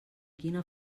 quina